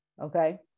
Okay